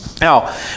Now